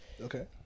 Okay